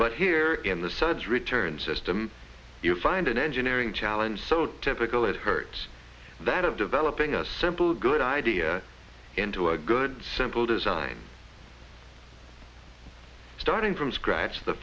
but here in the suds return system you'll find an engineering challenge so typical it hurts that of developing a simple good idea into a good simple design starting from scratch the